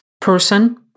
person